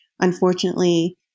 unfortunately